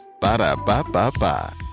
Ba-da-ba-ba-ba